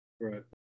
Right